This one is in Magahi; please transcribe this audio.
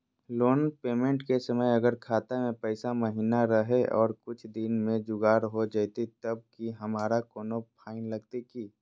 लोन पेमेंट के समय अगर खाता में पैसा महिना रहै और कुछ दिन में जुगाड़ हो जयतय तब की हमारा कोनो फाइन लगतय की?